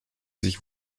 sich